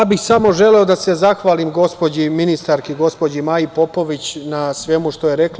Ja bih samo želeo da se zahvalim gospođi ministarki, gospođi Maji Popović na svemu što je rekla.